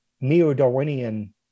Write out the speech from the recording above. neo-Darwinian